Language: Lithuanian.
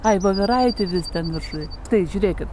ai voveraitė vis ten viršuj štai žiūrėkit